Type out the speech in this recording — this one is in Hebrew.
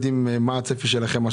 מה הצפי שלכם.